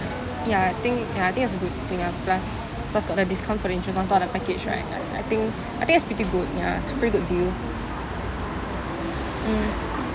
ya I think ya I think it's a good thing lah plus plus got the discount for the insurance on top of the package right I I think I think it's pretty good ya it's pretty good deal mm